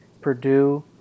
Purdue